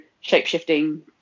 shape-shifting